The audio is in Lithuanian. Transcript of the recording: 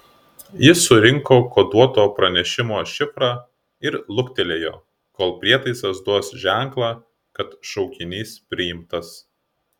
jis surinko koduoto pranešimo šifrą ir luktelėjo kol prietaisas duos ženklą kad šaukinys priimtas